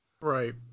Right